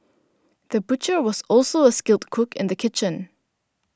the butcher was also a skilled cook in the kitchen